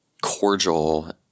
cordial